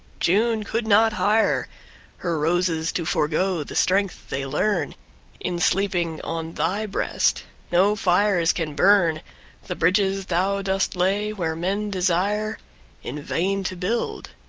june could not hire her roses to forego the strength they learn in sleeping on thy breast. no fires can burn the bridges thou dost lay where men desire in vain to build.